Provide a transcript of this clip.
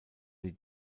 die